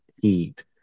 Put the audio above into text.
heat